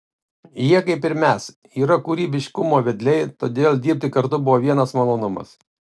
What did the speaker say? jie kaip ir mes yra kūrybiškumo vedliai todėl dirbti kartu buvo vienas malonumas